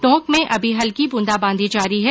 टोंक में अमी हल्की बूंदाबांदी जारी है